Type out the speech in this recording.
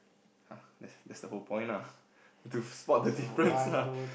ah there there's the whole point lah to spot the difference lah